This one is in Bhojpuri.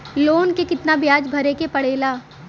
लोन के कितना ब्याज भरे के पड़े ला?